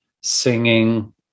singing